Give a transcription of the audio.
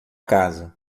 casa